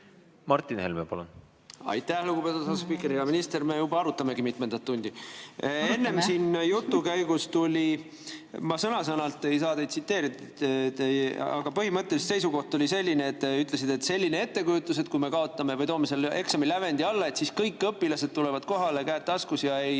Martin Helme, palun! Aitäh, lugupeetud asespiiker! Hea minister! Me juba arutamegi mitmendat tundi. Enne siin jutu käigus tuli välja, ma sõna-sõnalt ei saa teid tsiteerida, aga põhimõtteliselt seisukoht oli selline, et te ütlesite, et on selline ettekujutus, et kui me kaotame selle eksamilävendi või toome alla, siis kõik õpilased tulevad kohale, käed taskus, ja ei